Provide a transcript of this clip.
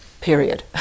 Period